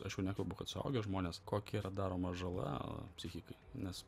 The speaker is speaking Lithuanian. aš jau nekalbu kad suaugę žmonės kokia yra daroma žala psichikai nes